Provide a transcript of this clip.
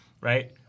Right